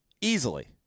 easily